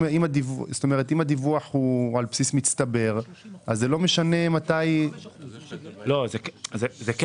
אם הדיווח הוא על בסיס מצטבר אז לא משנה מתי --- זה כן